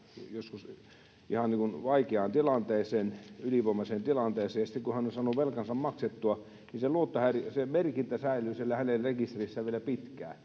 kuin vaikeaan tai ylivoimaiseen tilanteeseen, on saanut velkansa maksettua, niin se merkintä säilyy siellä hänen rekisterissään vielä pitkään.